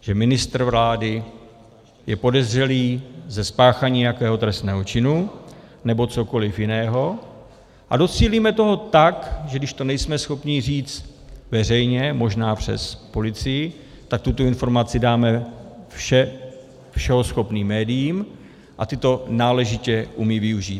že ministr vlády je podezřelý ze spáchání nějakého trestného činu nebo cokoli jiného, a docílíme toho tak, že když to nejsme schopni říct veřejně, možná přes policii, tak tuto informaci dáme všehoschopným médiím a ta to náležitě umí využít.